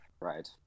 Right